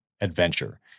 Adventure